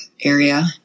area